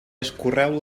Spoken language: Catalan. escorreu